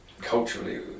culturally